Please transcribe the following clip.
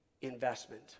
investment